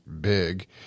big